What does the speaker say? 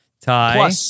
Tie